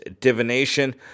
divination